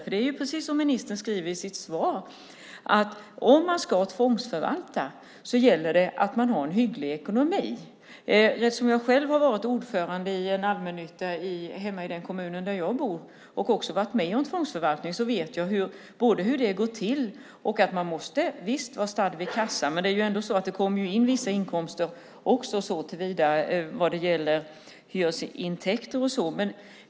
Precis som ministern skriver i sitt svar gäller det att ha hygglig ekonomi om man ska tvångsförvalta. Eftersom jag själv har varit ordförande i en allmännytta i min hemkommun och varit med om tvångsförvaltning vet jag både hur det går till och att man måste vara stadd vid kassa. Det kommer dock in vissa inkomster via hyresintäkter.